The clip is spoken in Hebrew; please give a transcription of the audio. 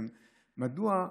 מדוע,